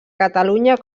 catalunya